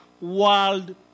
world